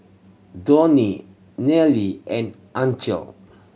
Donie Nealy and Ancel